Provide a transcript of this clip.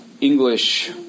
English